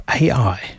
AI